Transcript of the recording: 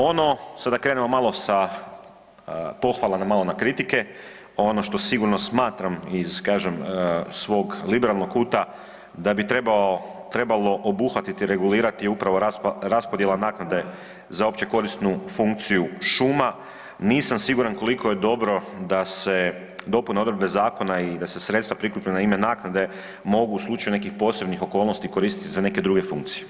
Ono, sada da krenemo sa pohvalama malo na kritike, ono što sigurno smatram iz kažem svog liberalnog kuta da bi trebalo obuhvatiti regulirati upravo raspodjela naknade za općekorisnu funkciju šuma nisam siguran koliko je dobro da se dopuna odredbe zakona i da se sredstva prikupljena u ime naknade mogu u slučaju nekih posebnih okolnosti koristiti za neke druge funkcije.